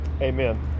Amen